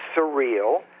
surreal